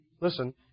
listen